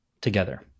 together